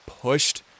pushed